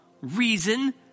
reason